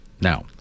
Now